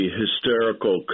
hysterical